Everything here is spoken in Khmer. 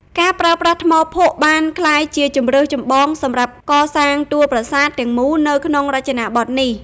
ការប្រើប្រាស់ថ្មភក់បានក្លាយជាជម្រើសចម្បងសម្រាប់កសាងតួប្រាសាទទាំងមូលនៅក្នុងរចនាបថនេះ។